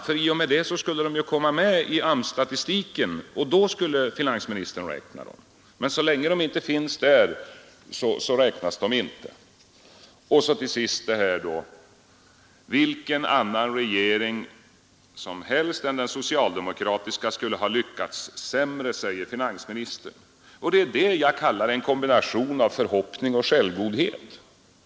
För i och med det skulle de komma med i AMS-statistiken, och då skulle finansministern räkna dem. Men så länge de inte finns med där räknas de inte. Till sist vill jag ta upp finansministerns påstående att vilken annan regering som helst än den socialdemokratiska skulle ha lyckats sämre. Det är det jag kallar en kombination av förhoppning och självgodhet.